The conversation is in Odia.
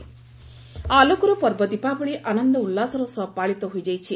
ଦୀପାବଳି ଅଘଟଣ ଆଲୋକର ପର୍ବ ଦୀପାବଳି ଆନନ୍ଦ ଉଲ୍ଲାସର ସହ ପାଳିତ ହୋଇଯାଇଛି